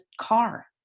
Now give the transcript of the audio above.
car